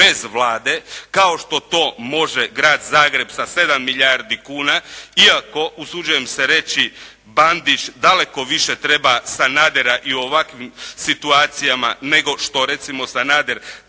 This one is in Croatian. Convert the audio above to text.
bez Vlade kao što to može Grad Zagreb sa 7 milijardi kuna iako usuđujem se reći Bandić daleko više treba Sanadera i u ovakvim situacijama nego što recimo Sanader